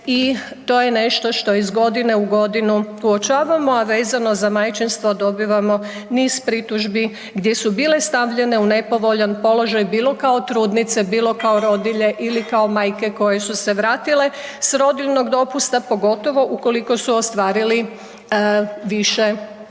i to je nešto što iz godine u godinu uočavamo, a vezano za majčinstvo dobivamo niz pritužbi gdje su bile stavljene u nepovoljan položaj bilo kao trudnice, bilo kao rodilje ili kao majke koje su se vratile s rodiljnog dopusta pogotovo ukoliko su ostvarili više trudnoća.